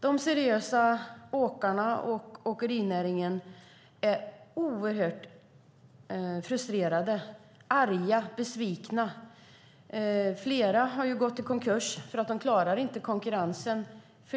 De seriösa åkarna och åkerinäringen är oerhört frustrerade, arga och besvikna. Flera har gått i konkurs därför att de inte klarar konkurrensen.